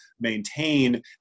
maintain